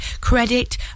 credit